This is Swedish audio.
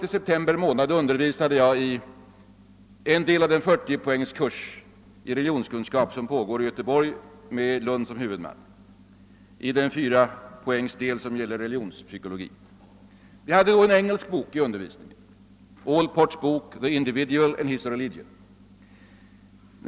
I september månad förra året undervisade jag i en del av den 40-poängskurs i religionskunskap som pågår i Göteborg med Lund som huvudman. I den 4-poängsdel som gäller religionspsykologi hade jag då en engelsk bok i undervisningen, nämligen Gordon W. Allport, The Individual and His Religion.